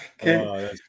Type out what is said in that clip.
Okay